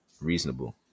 Reasonable